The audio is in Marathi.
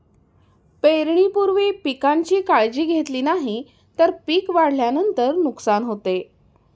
पेरणीपूर्वी पिकांची काळजी घेतली नाही तर पिक वाढल्यानंतर नुकसान होते